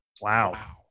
Wow